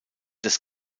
des